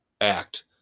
act